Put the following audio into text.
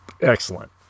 Excellent